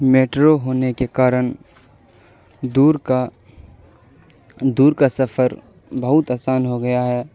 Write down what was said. metro ہونے کے کارن دور کا دور کا سفر بہت آسان ہو گیا ہے